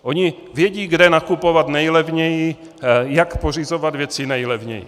Oni vědí, kde nakupovat nejlevněji, jak pořizovat věci nejlevněji.